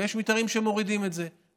ויש מתארים שמורידים את זה.